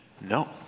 No